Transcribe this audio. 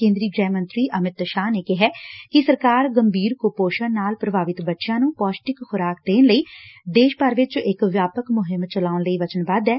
ਕੇ'ਦਰੀ ਗੁਹਿ ਮੰਤਰੀ ਅਮਿਤ ਸ਼ਾਹ ਨੇ ਕਿਹੈ ਕਿ ਸਰਕਾਰ ਗੰਭੀਰ ਕੁਪੋਸ਼ਣ ਨਾਲ ਪ੍ਰਭਾਵਿਤ ਬੱਚਿਆਂ ਨੰ ਪੋਸ਼ਟਿਕ ਖੁਰਾਕ ਦੇਣ ਲਈ ਦੇਸ਼ ਭਰ ਵਿਚ ਇਕ ਵਿਆਪਕ ਮੁਹਿਮ ਚਲਾਉਣ ਲਈ ਵਚਨਬੱਧ ਏ